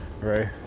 Right